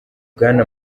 bwana